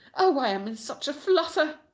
oh, i am in such a flutter!